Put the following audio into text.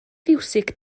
fiwsig